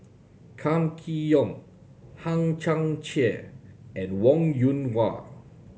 Kam Kee Yong Hang Chang Chieh and Wong Yoon Wah